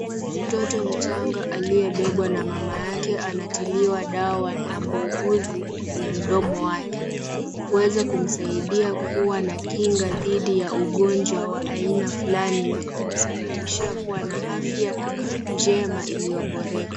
Mtoto mchanga aliyebebwa na mama yake anatiliwa dawa na muuguzi kwenye mdomo wake. Huweza kumsaidia kuwa na kinga dhidi ya ugonjwa wa aina fulani na kumsababishia kuwa na afya njema iliyoboreka.